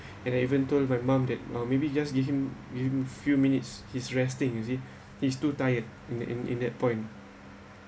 and even told my mom that maybe just give him give him few minutes he's resting you see he's too tired in in in that point